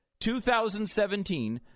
2017